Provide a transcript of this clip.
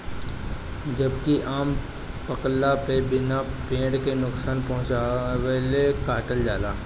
जबकि आम पकला पे बिना पेड़ के नुकसान पहुंचवले काटल जाला